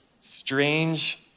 strange